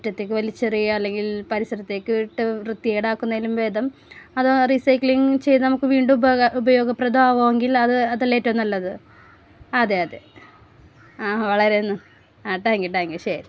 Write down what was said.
മിറ്റത്തേക്ക് വലിച്ചെറിയുക അല്ലെങ്കിൽ പരിസരത്തേക്ക് ഇട്ട് വൃത്തികേടാക്കുന്നതിലും ഭേദം അത് റീസൈക്ലിങ് ചെയ്ത് നമുക്ക് വീണ്ടും അത് ഉപയോഗപ്രദമാവുമെങ്കിൽ അത് അതല്ലേ ഏറ്റവും നല്ലത് അതെയതെ ആ വളരെ നന്ദി ആ താങ്ക് യൂ താങ്ക് യൂ ശരി